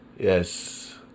Yes